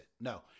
No